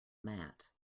mat